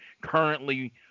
currently